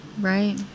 Right